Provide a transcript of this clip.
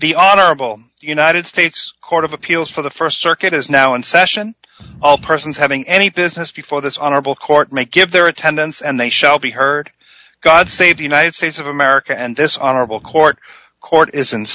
the honorable united states court of appeals for the st circuit is now in session all persons having any business before this honorable court make give their attendance and they shall be heard god save the united states of america and this honorable court court isn't